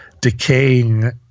decaying